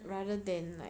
hmm